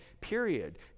period